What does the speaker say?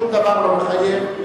שום דבר לא מחייב.